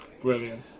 Brilliant